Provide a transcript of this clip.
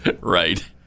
Right